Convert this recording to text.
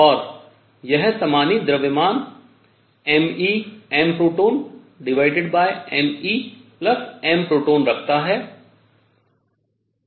और यह समानीत द्रव्यमान MeMprotonMeMproton रखता है